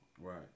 Right